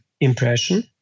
impression